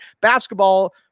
basketball